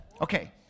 Okay